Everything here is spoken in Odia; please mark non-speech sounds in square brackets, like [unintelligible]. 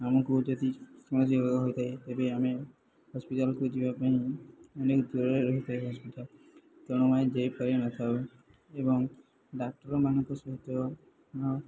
ଆମକୁ ଯଦି [unintelligible] ହୋଇଥାଏ ତେବେ ଆମେ ହସ୍ପିଟାଲକୁ ଯିବା ପାଇଁ ଅନେକ ଦୂରରେ ରହିଥାଏ ହସ୍ପିଟାଲ ତେଣୁ ଆମେ ଯାଇପାରିନଥାଉ ଏବଂ ଡାକ୍ତରମାନଙ୍କ ସହିତ